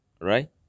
right